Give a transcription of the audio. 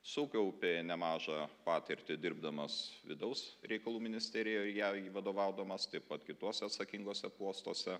sukaupė nemažą patirtį dirbdamas vidaus reikalų ministerijoj jai vadovaudamas taip pat kituose atsakinguose puostuose